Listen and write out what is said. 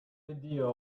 idea